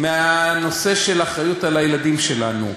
מהנושא של האחריות לילדים שלנו.